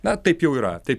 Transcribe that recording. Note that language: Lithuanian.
na taip jau yra taip